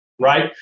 right